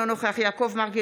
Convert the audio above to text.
אינו נוכח יעקב מרגי,